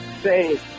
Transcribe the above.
Say